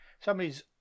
somebody's